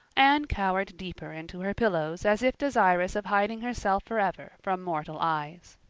anne cowered deeper into her pillows as if desirous of hiding herself forever from mortal eyes.